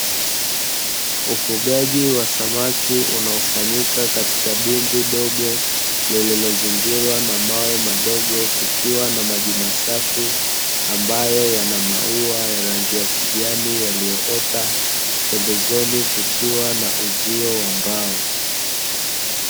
Ufugaji wa samaki, unaofanyika katika dibwi dogo lililozingirwa na mawe madogo kukiwa na maji masafi ambayo yana maua ya rangi ya kijani yaliyoota pembezoni kukiwa na uzio wa mbao.